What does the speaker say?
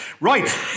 Right